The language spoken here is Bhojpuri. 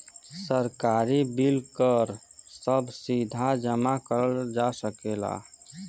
सरकारी बिल कर सभ सीधा जमा करल जा सकेला